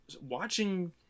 watching